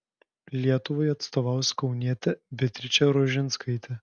lietuvai atstovaus kaunietė beatričė rožinskaitė